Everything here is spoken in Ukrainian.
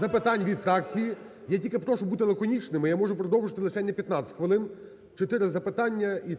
запитання від фракцій. Я тільки прошу бути лаконічними, я можу продовжити лишень на 15 хвилин. Чотири запитання і